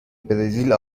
برزیل